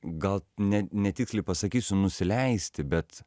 gal ne netiksliai pasakysiu nusileisti bet